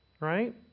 right